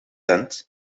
tent